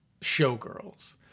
Showgirls